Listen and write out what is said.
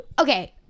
okay